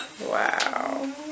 Wow